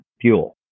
fuel